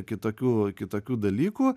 kitokių kitokių dalykų